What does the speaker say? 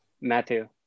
matthew